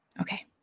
Okay